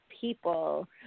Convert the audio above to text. people